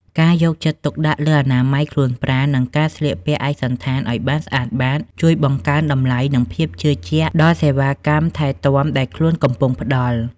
ការយកចិត្តទុកដាក់លើអនាម័យខ្លួនប្រាណ និងការស្លៀកពាក់ឯកសណ្ឋានឱ្យបានស្អាតបាត ជួយបង្កើនតម្លៃ និងភាពជឿជាក់ដល់សេវាកម្មថែទាំដែលខ្លួនកំពុងផ្តល់។